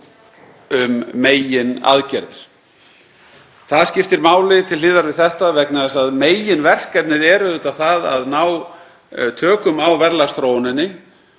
um meginaðgerðir. Það skiptir máli til hliðar við þetta vegna þess að meginverkefnið er auðvitað að ná tökum á verðlagsþróuninni.